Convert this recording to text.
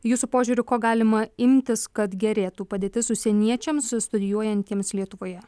jūsų požiūriu ko galima imtis kad gerėtų padėtis užsieniečiams studijuojantiems lietuvoje